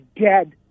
dead